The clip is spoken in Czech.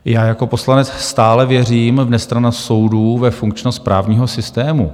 Já jako poslanec stále věřím v nestrannost soudů, ve funkčnost právního systému.